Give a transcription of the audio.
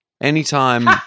Anytime